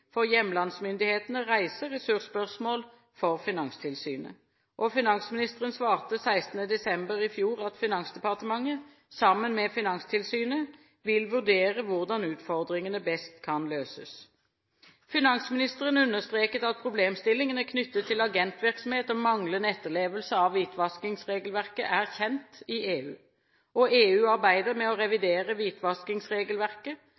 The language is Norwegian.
for hjemlandsmyndighetene reiser ressursspørsmål for Finanstilsynet. Finansministeren svarte 16. desember i fjor at Finansdepartementet, sammen med Finanstilsynet, vil vurdere hvordan utfordringene best kan løses. Finansministeren understreket at problemstillingene knyttet til agentvirksomhet og manglende etterlevelse av hvitvaskingsregelverket er kjent i EU. EU arbeider med å